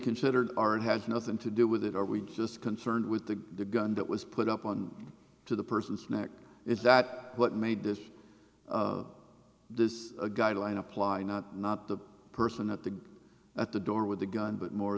considered art has nothing to do with it are we just concerned with the gun that was put up on to the person's neck is that what made this this a guideline apply not not the person at the at the door with a gun but more